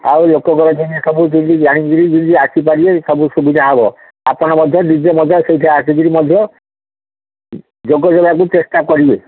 ଆଉ ଲୋକଙ୍କର ଯେମିତି ସବୁ ଯେମିତି ଜାଣିକିରି ଯଦି ଆସିପାରିବେ ସବୁ ସୁବିଧା ହେବ ଆପଣ ମଧ୍ୟ ନିଜେ ମଧ୍ୟ ସେଇଠି ଆସିକିରି ମଧ୍ୟ ଯୋଗ ଦେବାକୁ ଚେଷ୍ଟା କରିବେ